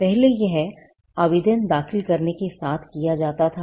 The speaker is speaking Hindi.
यह पहले यह आवेदन दाखिल करने के साथ किया जाता था